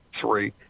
three